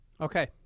Okay